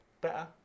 better